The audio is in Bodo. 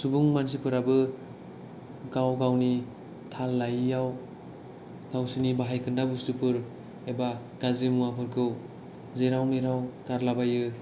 सुबुं मानसिफोराबो गाव गावनि थाल लायैयाव गावसिनि बाहाय खोन्दा बुस्टुफोर एबा गाज्रि मुवाफोरखौ जेराव मेराव गारला बायो